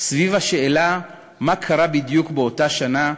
סביב השאלה מה קרה בדיוק באותה שנה,